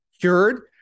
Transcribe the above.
cured